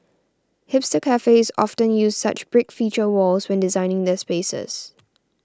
hipster cafes often use such brick feature walls when designing their spaces